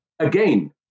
Again